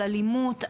על אלימות,